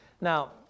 Now